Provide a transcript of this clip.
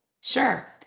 Sure